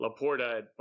laporta